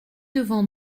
devant